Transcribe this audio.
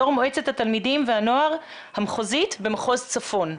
יושב ראש מועצת התלמידים והנוער המחוזית במחוז צפון.